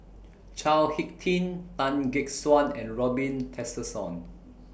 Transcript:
Chao Hick Tin Tan Gek Suan and Robin Tessensohn